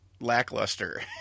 lackluster